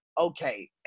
Okay